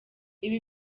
ibi